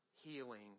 healing